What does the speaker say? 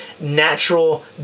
natural